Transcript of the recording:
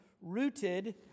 rooted